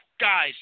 guys